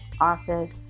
office